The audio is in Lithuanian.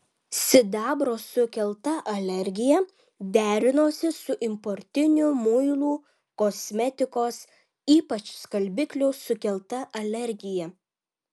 sidabro sukelta alergija derinosi su importinių muilų kosmetikos ypač skalbiklių sukelta alergija